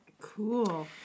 Cool